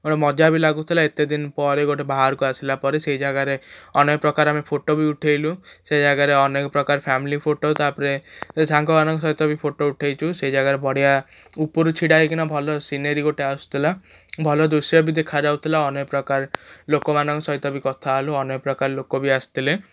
ମଜା ବି ଲାଗୁଥିଲା ଏତେଦିନ ପରେ ଗୋଟେ ବାହାରକୁ ଆସିଲା ପରେ ସେହି ଜାଗାରେ ଅନେକ ପ୍ରକାର ଆମେ ଫଟୋ ବି ଉଠାଇଲୁ ସେ ଜାଗାରେ ଅନେକ ପ୍ରକାର ଫାମିଲି ଫଟୋ ତା'ପରେ ସାଙ୍ଗମାନଙ୍କ ସହିତ ବି ଫଟୋ ଉଠାଇଛୁ ସେ ଜାଗାରେ ବଢ଼ିଆ ଉପରୁ ଛିଡ଼ା ହେଇକିନା ଭଲ ସିନେରୀ ଗୋଟେ ଆସୁଥିଲା ଭଲ ଦୃଶ୍ୟ ବି ଦେଖା ଯାଉଥିଲା ଅନେକ ପ୍ରକାର ଲୋକମାନଙ୍କ ସହିତ ବି କଥା ହେଲୁ ଅନେକ ପ୍ରକାର ଲୋକ ବି ଆସିଥିଲେ